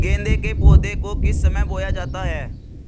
गेंदे के पौधे को किस समय बोया जाता है?